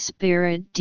Spirit